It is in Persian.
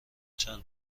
چند